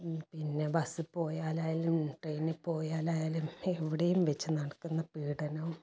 പിന്നെ ബസിൽ പോയാലായാലും ട്രെയിനിൽ പോയാലായാലും എവിടെയും വെച്ച് നടക്കുന്ന പീഡനം